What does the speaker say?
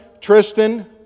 Tristan